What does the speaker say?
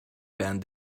band